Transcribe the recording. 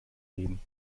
reden